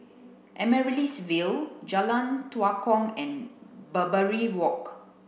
Amaryllis Ville Jalan Tua Kong and Barbary Walk